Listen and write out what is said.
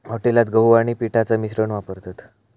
हॉटेलात गहू आणि पिठाचा मिश्रण वापरतत